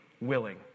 willing